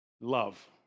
Love